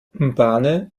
mbabane